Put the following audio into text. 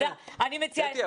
קטי,